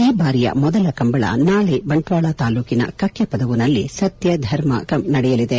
ಈ ಬಾರಿಯ ಮೊದಲ ಕಂಬಳ ನಾಳೆ ಬಂಟ್ವಾಳ ತಾಲೂಕಿನ ಕಕ್ಕಪದವು ನಲ್ಲಿ ಸತ್ತ ಧರ್ಮ ಕಂಬಳ ನಡೆಯಲಿದೆ